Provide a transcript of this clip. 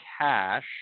cash